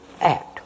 act